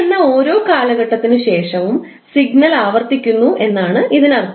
T എന്ന ഓരോ കാലഘട്ടത്തിനു ശേഷവും സിഗ്നൽ ആവർത്തിക്കുന്നു എന്നാണ് ഇതിനർത്ഥം